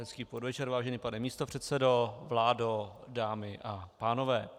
Hezký podvečer, vážený pane místopředsedo, vládo, dámy a pánové.